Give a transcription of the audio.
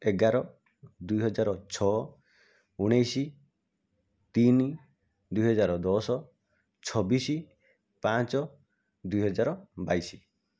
ଏଗାର ଦୁଇ ହାଜର ଛଅ ଉଣେଇଶ ତିନି ଦୁଇ ହଜାର ଦଶ ଛବିଶ ପାଞ୍ଚ ଦୁଇହଜର ବାଇଶ